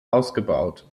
ausgebaut